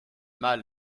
mal